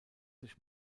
sich